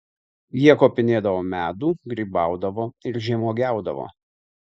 jie kopinėdavo medų grybaudavo ir žemuogiaudavo